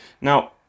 Now